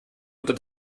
unter